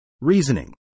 Reasoning